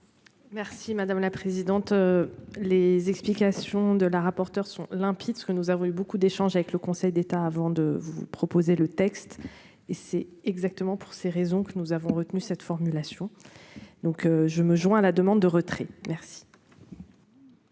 Merci madame la présidente. Les explications de la rapporteure sont limpides, ce que nous avons eu beaucoup d'échanges avec le Conseil d'État avant de vous proposer le texte et c'est exactement pour ces raisons que nous avons retenu cette formulation. Donc je me joins à la demande de retrait. Merci.